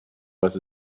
was